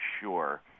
sure